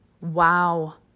Wow